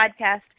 podcast